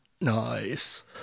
Nice